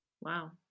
wow